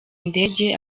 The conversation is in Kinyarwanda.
ndenge